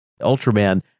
Ultraman